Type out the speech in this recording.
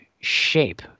shape